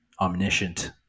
omniscient